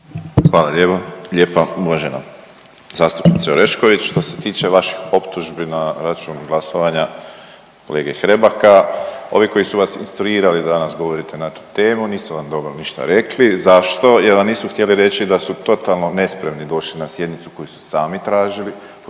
Hvala lijepa. Uvažena zastupnice Orešković, što se tiče vaših optužbi na račun glasovanja kolege Hrebaka, ovi koji su vas instruirali da danas govorite na tu temu, nisu vam dobro ništa rekli. Zašto? Jer vam nisu htjeli reći da su totalno nespremni došli na sjednicu koju su sami tražili,